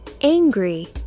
angry